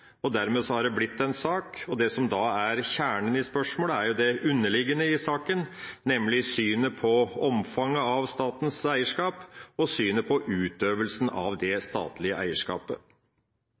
og dermed har det blitt en sak. Det som da er kjernen i spørsmålet, er jo det underliggende i saken, nemlig synet på omfanget av statens eierskap og synet på utøvelsen av det statlige eierskapet.